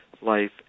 life